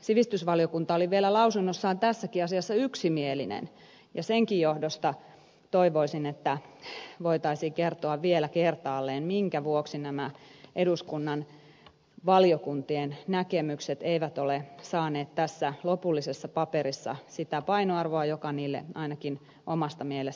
sivistysvaliokunta oli vielä lausunnossaan tässäkin asiassa yksimielinen ja senkin johdosta toivoisin että voitaisiin kertoa vielä kertaalleen minkä vuoksi nämä eduskunnan valiokuntien näkemykset eivät ole saaneet tässä lopullisessa paperissa sitä painoarvoa joka niille ainakin omasta mielestäni kuuluisi